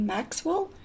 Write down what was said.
Maxwell